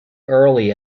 early